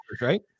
Right